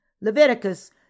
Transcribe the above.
Leviticus